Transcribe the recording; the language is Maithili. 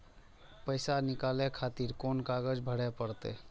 पैसा नीकाले खातिर कोन कागज भरे परतें?